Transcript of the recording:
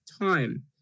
time